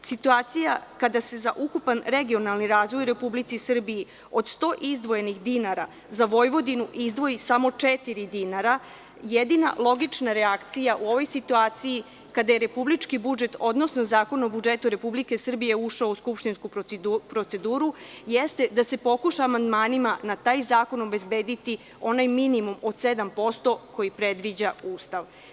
U situaciji kada se za ukupan regionalni razvoj u Republici Srbiji od 100 izdvojenih dinara za Vojvodinu izdvoji samo četiri dinara, jedina logična reakcija kada je republički budžet, odnosno Zakon o budžetu Republike Srbije ušao u skupštinsku proceduru, jeste da se pokuša amandmanima na taj zakon obezbediti onaj minimum od 7% koji predviđa Ustav.